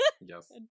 Yes